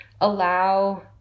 allow